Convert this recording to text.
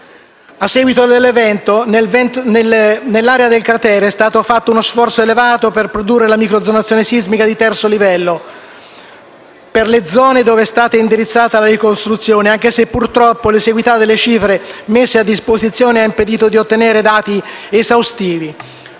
A seguito dell'evento, nell'area del cratere è stato fatto uno sforzo elevato per produrre la microzonazione sismica di terzo livello per le zone dove è stata indirizzata la ricostruzione, anche se purtroppo l'esiguità delle cifre messe a disposizione ha impedito di ottenere dati esaustivi.